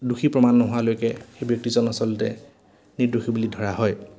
দোষী প্ৰমাণ নোহোৱালৈকে সেই ব্যক্তিজন আচলতে নিৰ্দোষী বুলি ধৰা হয়